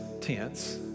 tense